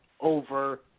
over